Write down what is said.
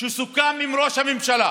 שסוכם עם ראש הממשלה,